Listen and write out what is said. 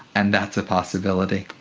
and that's a possibility.